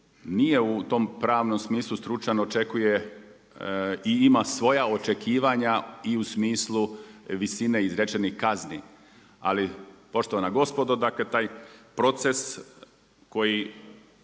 nije u tom pravnom smislu stručan očekuje i ima svoja očekivanja i u smislu visine izrečenih kazni. Ali poštovana gospodo, dakle taj proces koji